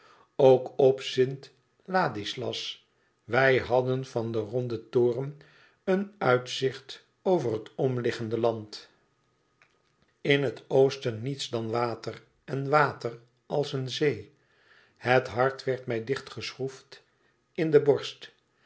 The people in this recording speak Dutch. ook op st ladislas wij hadden van den ronden toren een uitzicht over het omliggende land in het oosten niets dan water en water als een zee het hart werd mij dichtgeschroefd in de borst